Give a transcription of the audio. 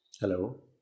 Hello